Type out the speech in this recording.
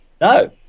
No